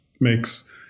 makes